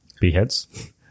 beheads